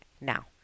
now